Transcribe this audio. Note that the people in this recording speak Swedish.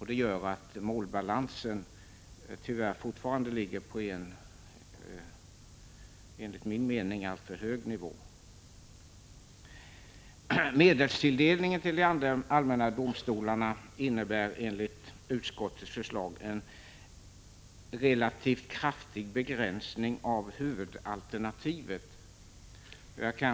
Det gör att målbalansen tyvärr fortfarande ligger på en, enligt min mening, alltför hög nivå. Medelstilldelningen till de allmänna domstolarna innebär enligt utskottets förslag en relativt kraftig begränsning av huvudalternativet.